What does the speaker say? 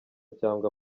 cyangwa